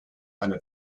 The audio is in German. einer